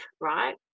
right